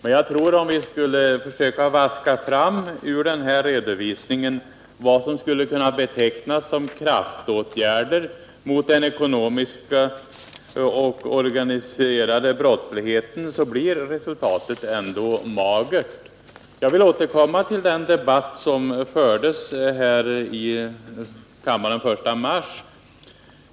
Om vi ur redovisningen försöker vaska fram vad som kan betecknas som kraftåtgärder mot den ekonomiska och den organiserade brottsligheten blir resultatet dock magert. Jag vill återkomma till den debatt som fördes i kammaren den 1 mars.